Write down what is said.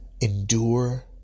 Endure